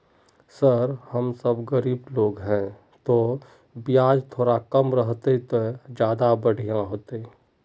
sir हम सब गरीब लोग है तो बियाज थोड़ा कम रहते तो ज्यदा बढ़िया होते